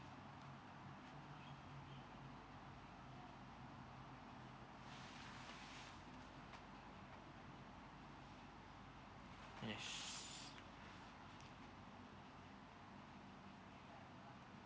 yes